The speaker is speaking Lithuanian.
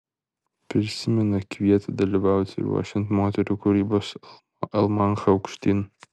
prisimena kvietė dalyvauti ruošiant moterų kūrybos almanachą aukštyn